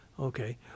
Okay